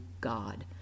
God